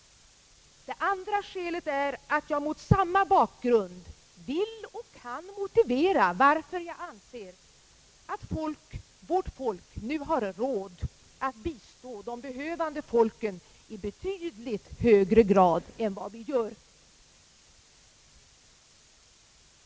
Det andra skälet är att jag mot samma bakgrund vill och kan motivera varför jag anser att vårt folk nu har råd att bistå de behövande folken i betydligt högre grad än vi gör.